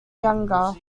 younger